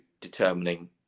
determining